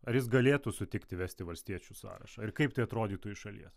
ar jis galėtų sutikti vesti valstiečių sąrašą ir kaip tai atrodytų iš šalies